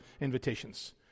invitations